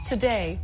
Today